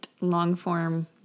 long-form